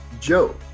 Joe